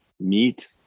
meat